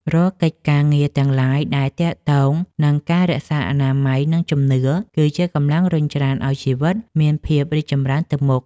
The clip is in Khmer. រាល់កិច្ចការងារទាំងឡាយដែលទាក់ទងនឹងការរក្សាអនាម័យ និងជំនឿ គឺជាកម្លាំងរុញច្រានឱ្យជីវិតមានភាពរីកចម្រើនទៅមុខ។